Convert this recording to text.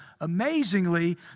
amazingly